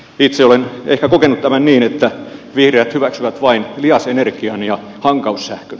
itse olen ehkä kokenut tämän niin että vihreät hyväksyvät vain lihasenergian ja hankaussähkön